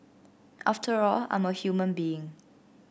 after all I'm a human being